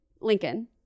Lincoln